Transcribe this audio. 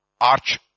arch